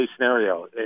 scenario